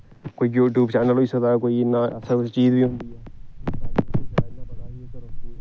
कोई बी YouTube channel होई सकदा कोई अच्छा इन्नी कोई चीज बी होंदी